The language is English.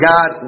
God